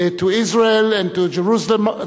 to Israel and to Jerusalem,